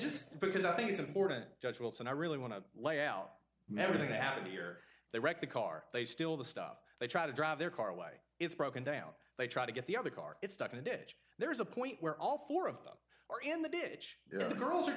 just because i think it's important jewels and i really want to lay out everything that happened a year they wrecked the car they still the stuff they try to drive their car away it's broken down they try to get the other car it's stuck in a ditch there's a point where all four of them are in the ditch the girls are